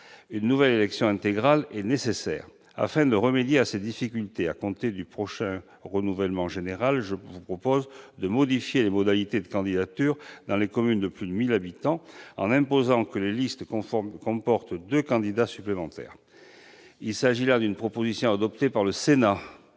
une nouvelle élection intégrale est nécessaire. Afin de remédier à ces difficultés, à compter du prochain renouvellement général, je vous propose de modifier les modalités de candidatures dans les communes de plus de 1 000 habitants, en imposant que les listes comportent deux candidats supplémentaires. Cette disposition figure dans une proposition de loi adoptée par le Sénat